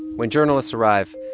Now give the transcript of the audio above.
when journalists arrive,